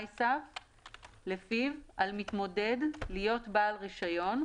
לפיו על מתמודד להיות בעל רישיון,